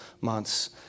months